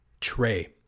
tray